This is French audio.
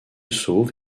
sauve